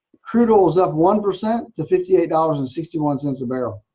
crude oil is up one percent to fifty eight dollars and sixty one cents a barrel.